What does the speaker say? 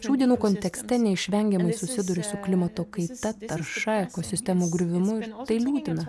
šių dienų kontekste neišvengiamai susiduri su klimato kaita tarša ekosistemų griuvimu ir tai liūdina